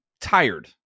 tired